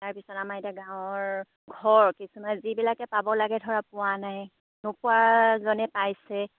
তাৰপিছত আমাৰ এতিয়া গাঁৱৰ ঘৰ কিছুমানে যিবিলাকে পাব লাগে ধৰা পোৱা নাই নোপোৱাজনে পাইছে